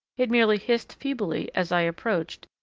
it merely hissed feebly as i approached,